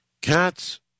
Cats